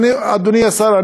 אדוני השר,